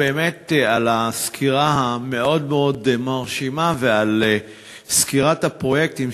על הסקירה המאוד-מאוד מרשימה ועל סקירת הפרויקטים.